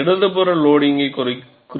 இடதுபுறம் லோடிங்கை குறிக்கிறது